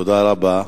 תודה רבה.